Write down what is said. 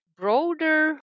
broader